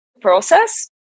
process